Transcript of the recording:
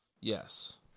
Yes